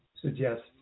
suggest